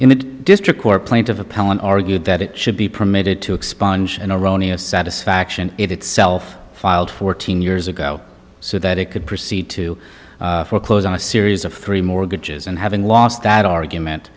in the district court plaintiff appellant argued that it should be permitted to expunge in a rony of satisfaction it itself filed fourteen years ago so that it could proceed to foreclose on a series of three mortgages and having lost that argument